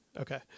Okay